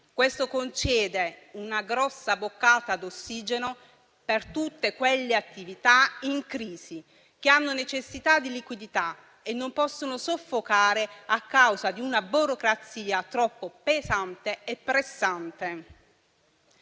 Questo concede una grossa boccata d'ossigeno a tutte quelle attività in crisi che hanno necessità di liquidità e non possono soffocare a causa di una burocrazia troppo pesante e pressante.